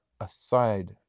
aside